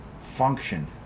function